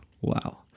wow